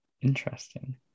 Interesting